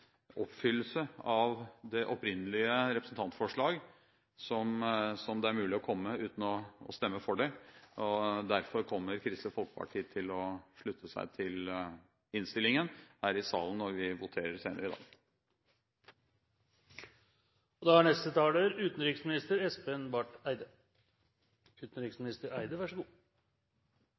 oppfyllelse av det opprinnelige representantforslag som det er mulig å komme uten å stemme for det. Derfor kommer Kristelig Folkeparti til å slutte seg til innstillingen her i salen når vi voterer senere i dag. Jeg vil i likhet med de forutgående talerne berømme komiteen for en enstemmig innstilling, og